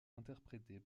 interprétée